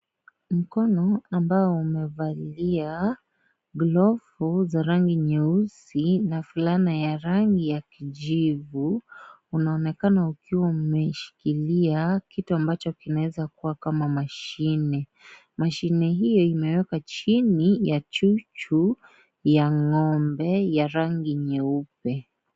Mkono ambao umevalia glovu za rangi nyeusi, na fulana ya rangi ya kijivu unaonekana ukiwa umeshikilia kitu ambacho kinaeza kuwa kama mashine. Mashine hiyo imewekwa chini ya chuchu ya ng'ombe ya rangi nyeupe.